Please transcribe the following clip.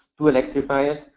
to electrify it,